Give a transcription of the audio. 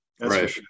Right